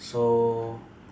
so